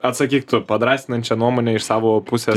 atsakyk tu padrąsinančią nuomonę iš savo pusės